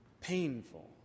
painful